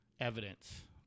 evidence